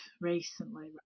recently